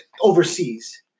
overseas